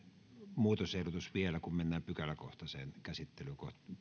muutosehdotus vielä sitten kun mennään pykäläkohtaiseen käsittelyyn